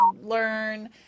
learn